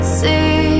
see